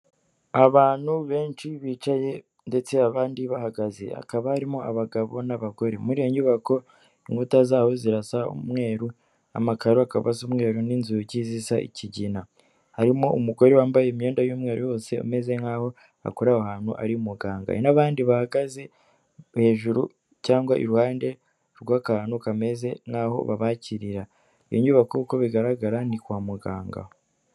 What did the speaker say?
Abantu benshi bicaye ndetse abandi bahagaze hakaba harimo abagabo n'abagore, muri iyo nyubako inkuta zaho zirasa umweru, amakaro akaba asa umweru n'inzugi zisa ikigina. Harimo umugore wambaye imyenda y'umweru hose umeze nk'aho akorera aho hantu ari muganga, hari n'abandi bahagaze hejuru cyangwa iruhande rw'akantu kameze nk'aho babakirira. Iyi nyubako uko bigaragara ni kwa muganga.